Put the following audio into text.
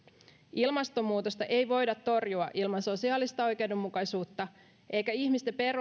ilmastonmuutosta ei voida torjua ilman sosiaalista oikeudenmukaisuutta eikä ihmisten